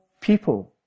people